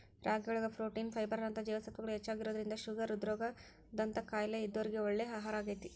ರಾಗಿಯೊಳಗ protein, fibre ನಂತ ಜೇವಸತ್ವಗಳು ಹೆಚ್ಚಾಗಿರೋದ್ರಿಂದ ಶುಗರ್, ಹೃದ್ರೋಗ ದಂತ ಕಾಯಲೇ ಇದ್ದೋರಿಗೆ ಒಳ್ಳೆ ಆಹಾರಾಗೇತಿ